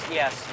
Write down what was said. yes